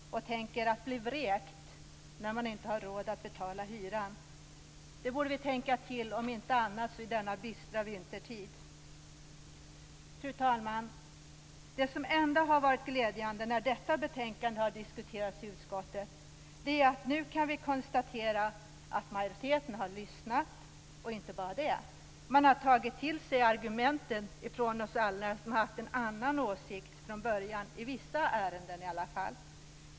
Tänk er att bli vräkt när man inte har råd att betala hyran. Det borde vi tänka på om inte annat så i denna bistra vintertid. Fru talman! Det som ändå har varit glädjande när detta betänkande har diskuterats i utskottet är att vi nu kan konstatera att majoriteten lyssnat. Man har inte bara lyssnat, utan man har tagit till sig argumenten från oss som i alla fall i vissa ärenden har haft en annan åsikt från början.